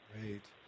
Great